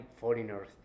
foreigners